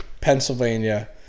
Pennsylvania